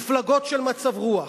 מפלגות של מצב רוח.